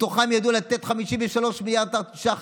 מתוכם ידעו לתת 53 מיליארד ש"ח